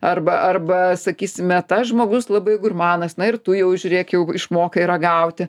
arba arba sakysime tas žmogus labai gurmanas na ir tu jau žiūrėk jau išmokai ragauti